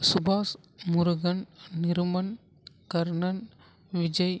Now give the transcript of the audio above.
சுபாஷ் முருகன் நிருமன் கர்ணன் விஜய்